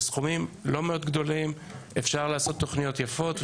בסכומים לא מאוד גדולים אפשר לעשות תוכניות יפות.